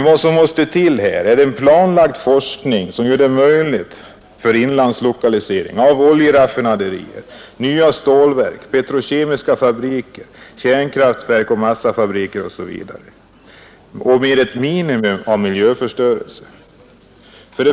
Vad som måste till är en planlagd forskning, som gör det möjligt med inlandslokalisering av oljeraffinaderier, nya stålverk, petrokemiska fabriker, kärnkraftverk, massafabriker osv., med ett minimum av miljöförstörelse.